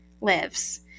lives